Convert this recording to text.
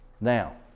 Now